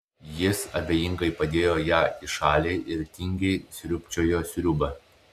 jis abejingai padėjo ją į šalį ir tingiai sriūbčiojo sriubą